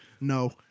No